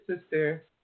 sister